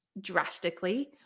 drastically